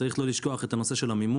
צריך לא לשכוח את הנושא של המימון.